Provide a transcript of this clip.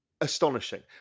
astonishing